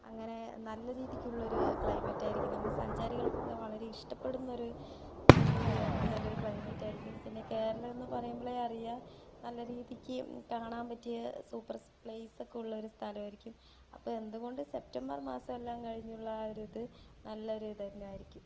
അങ്ങനെ നല്ല രീതിക്കുള്ളൊര് ക്ലൈമറ്റായിരിക്കും നമുക്ക് സഞ്ചാരികൾക്കൊക്കെ വളരെ ഇഷ്ട്ടപ്പെടുന്നൊരു ഇതും കൂടെ ആയിരിക്കും നല്ലൊരു ക്ലൈമറ്റായിരിക്കും പിന്നെ കേരളം എന്ന് പറയുമ്പളെ അറിയാം നല്ല രീതിക്ക് കാണാൻ പറ്റിയ സൂപ്പർ സ് പ്ലൈസൊക്കെ ഉള്ള ഒരു സ്ഥലായിരിക്കും അപ്പോൾ എന്തുകൊണ്ടും സെപ്റ്റംബർ മാസം എല്ലാം കഴിഞ്ഞുള്ള ആ ഒരു ഇത് നല്ല ഒരു ഇത് തന്നെയായിരിക്കും